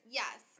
yes